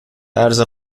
ارز